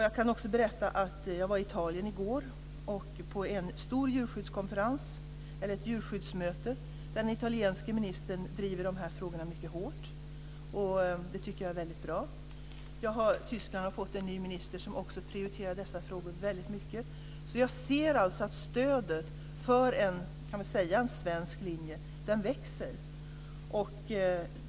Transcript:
Jag kan också berätta att jag i går var på ett stort djurskyddsmöte i Italien, där den italienske ministern driver de här frågorna mycket hårt. Det tycker jag är väldigt bra. Tyskland har fått en ny minister som också prioriterar dessa frågor väldigt starkt, så jag ser att stödet för en så att säga svensk linje växer.